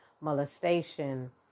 molestation